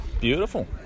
Beautiful